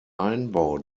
einbau